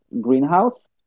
greenhouse